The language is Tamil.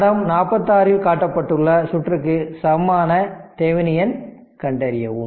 படம் 46 இல் காட்டப்பட்டுள்ள சுற்றுக்கு சமமான தெவெனின் கண்டறியவும்